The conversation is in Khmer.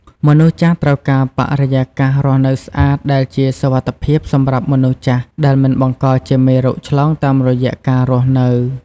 មនុស្សចាស់ត្រូវការបរិយកាសរស់នៅស្អាតដែលជាសុវត្ថិភាពសម្រាប់មនុស្សចាស់ដែលមិនបង្កជាមេរោគឆ្លងតាមរយៈការរស់នៅ។